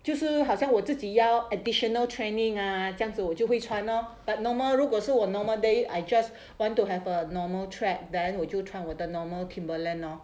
就是好像我自己要 additional training ah 这样子我就会穿 lor but normal 如果是我 normal day I just want to have a normal trek then 我就穿我的 normal timberland lor